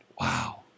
Wow